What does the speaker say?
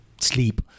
sleep